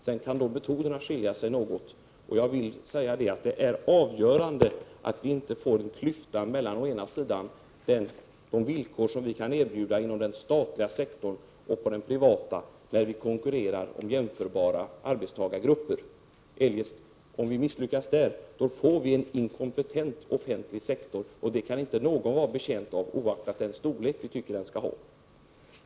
Sedan kan det skilja sig något beträffande metoderna. Det är avgörande — när vi konkurrerar om jämförbara arbetstagargrupper —-attinte få en klyfta mellan de villkor som vi kan erbjuda den statliga sektorn och dem inom den privata. Om vi misslyckas, får vi en inkompetent offentlig sektor, och det kan inte någon vara betjänt av, oavsett vilken storlek vi tycker att den skall ha.